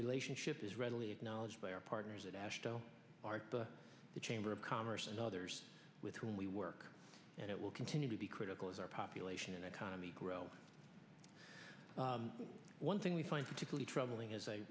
relationship is readily acknowledged by our partners at ashdown the chamber of commerce and others with whom we work and it will continue to be critical as our population and economy grow one thing we find particularly troubling as i